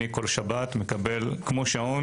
אני כל שבת מקבל כל שבת כמו שבת,